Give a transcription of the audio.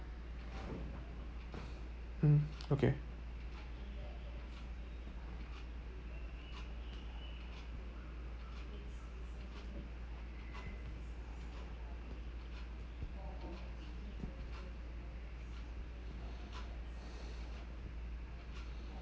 mm okay